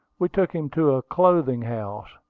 we took him to a clothing-house,